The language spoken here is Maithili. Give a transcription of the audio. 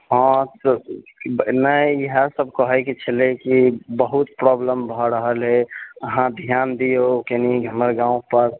हँ तऽ नहि यहऽ सब कहयके छलह कि बहुत प्रॉब्लम भऽ रहल अछि अहाँ ध्यान दिऔ कनि हमर गाँव पर